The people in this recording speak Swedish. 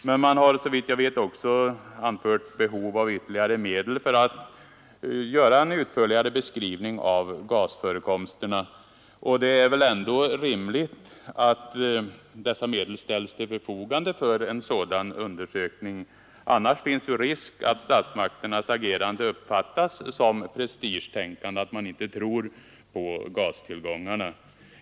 Men man har såvitt jag vet också anfört behov av ytterligare medel för att göra en utförligare beskrivning av gasförekomsterna, och det är väl ändå rimligt att medel ställs till förfogande för en sådan undersökning. Annars finns ju risk att statsmakternas agerande uppfattas som prestigetänkande — att man inte tror på gastillgångarna.